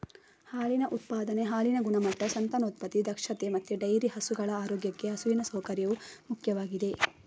ಹಾಲಿನ ಉತ್ಪಾದನೆ, ಹಾಲಿನ ಗುಣಮಟ್ಟ, ಸಂತಾನೋತ್ಪತ್ತಿ ದಕ್ಷತೆ ಮತ್ತೆ ಡೈರಿ ಹಸುಗಳ ಆರೋಗ್ಯಕ್ಕೆ ಹಸುವಿನ ಸೌಕರ್ಯವು ಮುಖ್ಯವಾಗಿದೆ